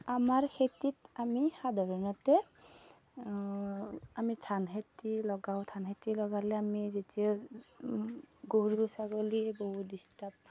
আমাৰ খেতিত আমি সাধাৰণতে আমি ধান খেতি লগাওঁ ধান খেতি লগালে আমি যেতিয়া গৰু ছাগলীয়ে বহুত ডিষ্টাৰ্ব